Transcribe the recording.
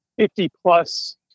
50-plus